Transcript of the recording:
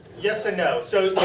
yes and no. so,